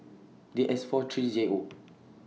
D S four three J O